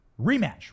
rematch